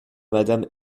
madame